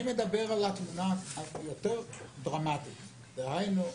אני מדבר על התמונה הדרמטית יותר, דהיינו,